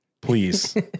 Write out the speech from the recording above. please